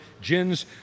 gins